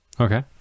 okay